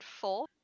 four